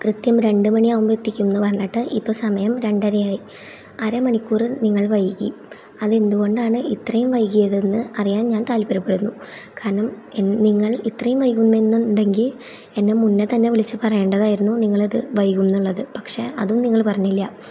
കൃത്യം രണ്ടു മണി ആകുമ്പോൾ എത്തിക്കുംന്ന് പറഞ്ഞിട്ട് ഇപ്പം സമയം രണ്ടരയായി അരമണിക്കൂർ നിങ്ങൾ വൈകി അത് എന്തുകൊണ്ടാണ് ഇത്രയും വൈകിയതെന്ന് അറിയാൻ ഞാൻ താല്പര്യപ്പെടുന്നു കാരണം നിങ്ങൾ ഇത്രേം വൈകുമെന്നുണ്ടെങ്കിൽ എന്നെ മുന്നേ തന്നെ വിളിച്ചു പറയേണ്ടതായിരുന്നു നിങ്ങളത് വൈകുംന്നുള്ളത് പക്ഷേ അതും നിങ്ങൾ പറഞ്ഞില്ല്യാ